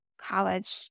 college